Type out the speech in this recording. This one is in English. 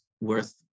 worth